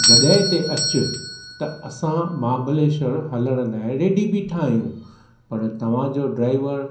जॻहि ते अचु त असां महाबलेश्वर हलण लाइ रेडी बीठा आहियूं पर तव्हां जो ड्राईवर